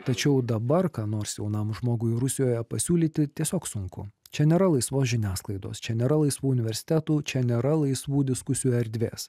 tačiau dabar ką nors jaunam žmogui rusijoje pasiūlyti tiesiog sunku čia nėra laisvos žiniasklaidos čia nėra laisvų universitetų čia nėra laisvų diskusijų erdvės